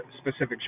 specific